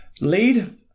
lead